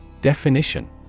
Definition